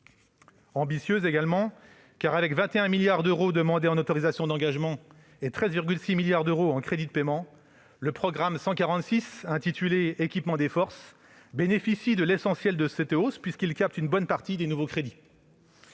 Ambitieuse ensuite, car, avec 21 milliards d'euros en autorisations d'engagement et 13,6 milliards d'euros en crédits de paiement, le programme 146, « Équipement des forces » bénéficie de l'essentiel de cette hausse et capte une bonne partie des nouveaux crédits.